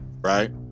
right